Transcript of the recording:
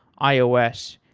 ios,